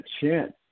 chance